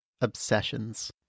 obsessions